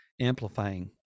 amplifying